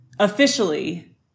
officially